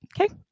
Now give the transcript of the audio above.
Okay